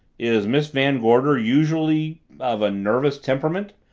is miss van gorder usually of a nervous temperament?